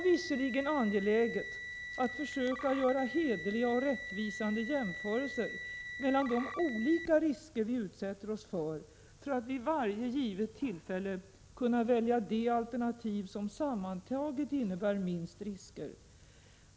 Visserligen är det angeläget att försöka göra hederliga och rättvisande jämförelser mellan de olika risker vi utsätter oss för, för att vid varje givet tillfälle kunna välja det alternativ som sammantaget innebär minst risker.